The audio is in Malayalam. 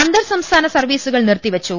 അന്തർ സംസ്ഥാന സർവീസുകളും നിർത്തിവെച്ചു